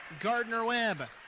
Gardner-Webb